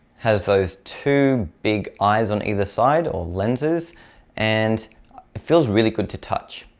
has those two big eyes on either side or lenses and it feels really good to touch.